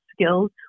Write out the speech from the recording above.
skills